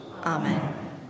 Amen